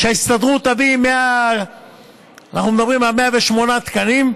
שההסתדרות תביא, אנחנו מדברים על 108 תקנים,